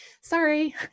sorry